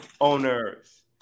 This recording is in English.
owners